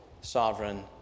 sovereign